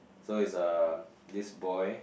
so it's um this boy